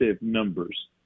numbers